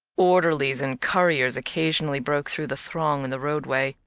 orderlies and couriers occasionally broke through the throng in the roadway,